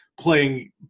playing